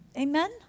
Amen